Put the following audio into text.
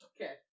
Okay